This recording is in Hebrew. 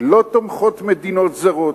לא תומכות מדינות זרות,